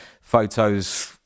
photos